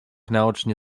naocznie